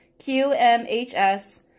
QMHS